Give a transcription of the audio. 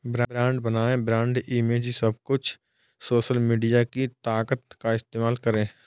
brand बनाएं, brand image ही सब कुछ है, सोशल मीडिया की ताकत का इस्तेमाल करें